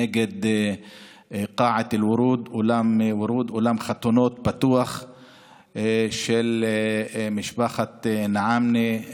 נגד אולם חתונות פתוח של משפחת נעאמנה,